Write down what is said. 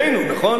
נכון?